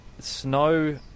Snow